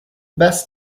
best